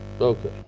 Okay